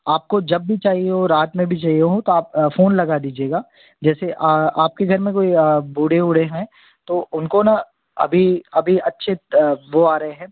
आपको जब भी चाहिए हो रात में भी चाहिए हो तो आप फ़ोन लगा दीजिएगा जैसे आपके घर में कोई बूढ़े वूढ़े हैं तो उनको न अभी अभी अच्छे वो आ रहे हैं